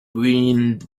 wind